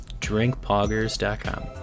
drinkpoggers.com